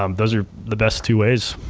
um those are the best two ways.